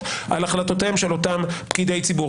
על החלטותיהם של אותם פקידי ציבור.